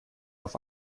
auf